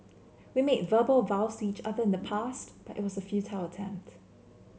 we made verbal vows each other in the past but it was a attempt